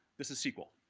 this is sql.